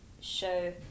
show